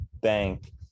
bank